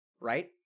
Right